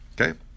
okay